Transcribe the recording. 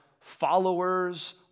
followers